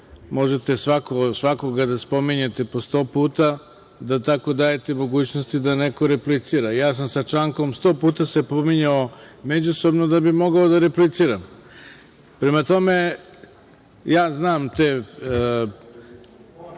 Možete svakoga da spominjete po sto puta i da tako dajete mogućnost da neko replicira. Ja sam se sa Čankom sto puta pominjao međusobno da bih mogao da repliciram. Prema tome, ja znam te,